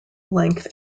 length